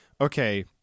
okay